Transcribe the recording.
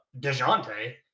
DeJounte